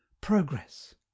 progress